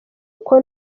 uko